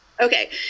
Okay